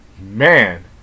man